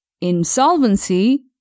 Insolvency